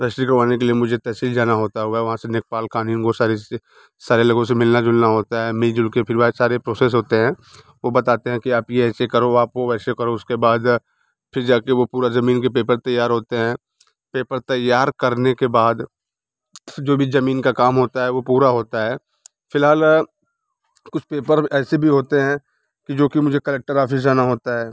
registry करवाने के लिए मुझे तहसील जाना होता होगा वहाँ से लेखपाल क़ानून वो सारी चीज़े सारे लोगों से मिलना जुलना होता है मिल जुल के फिर वहाँ सारे प्रोसेस होते हैं वो बताते हैं कि आप ये ऐसे करो आप वो वैसे करो उसके बाद फिर जा कर वो पूरी ज़मीन के पेपर तैयार होते हैं पेपर तैयार करने के बाद जो भी ज़मीन का काम होता है वो पूरा होता है फ़िलहाल कुछ पेपर ऐसे भी होते हैं कि जो कि मुझे कलेक्टर आफिस जाना होता है